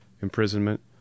imprisonment